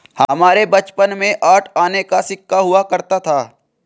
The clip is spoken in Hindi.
हमारे बचपन में आठ आने का सिक्का हुआ करता था